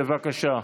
בבקשה.